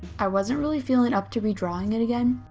i wasn't really feeling up to redrawing it again.